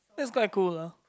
that's quite cool lah